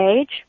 Age